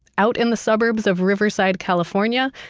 out in the suburbs of riverside, california,